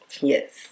yes